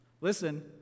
Listen